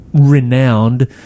renowned